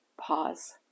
Pause